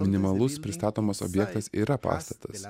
minimalus pristatomas objektas yra pastatas